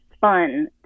fun